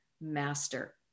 master